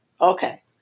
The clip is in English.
Okay